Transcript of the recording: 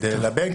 כדי ללבן,